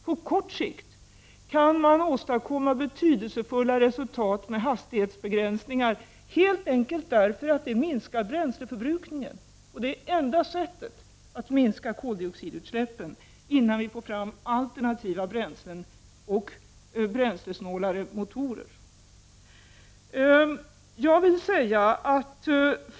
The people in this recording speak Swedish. På kort sikt kan man åstadkomma betydelsefulla resultat med hastighetsbegränsningar helt enkelt därför att detta minskar bränsleförbrukningen. Det är enda sättet att minska koldioxidutsläppen till dess vi får fram alternativa bränslen och bränslesnålare motorer.